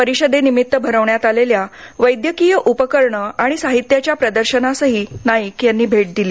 परिषदेनिमित्त भरविण्यात आलेल्या वैद्यकीय उपकरणे आणि साहित्याच्या प्रदर्शनासही नाईक यांनी भेट दिली